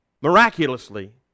miraculously